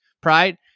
pride